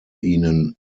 ihnen